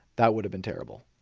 that would have been terrible.